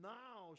now